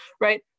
right